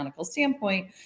standpoint